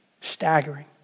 Staggering